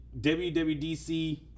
WWDC